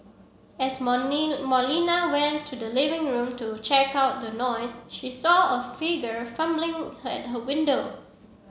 as Molina went to the living room to check out the noise she saw a figure fumbling at her window